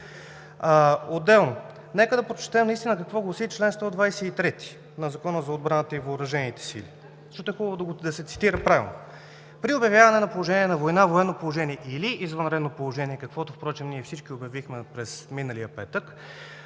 Отделно, нека да прочетем какво гласи чл. 123 на Закона за отбраната и въоръжените сили, защото е хубаво да се цитира правилно. „При обявяване на положение на война, военно положение или извънредно положение... – каквото впрочем ние всички обявихме миналия петък